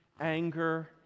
anger